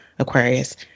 Aquarius